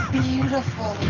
beautiful